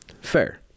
Fair